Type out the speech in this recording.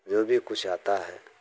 जो भी कुछ आता है